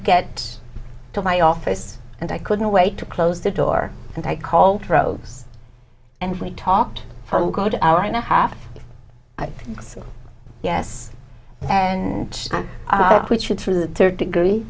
get to my office and i couldn't wait to close the door and i called rose and we talked from god hour and a half yes and through the third degree